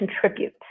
contribute